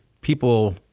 people